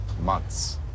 months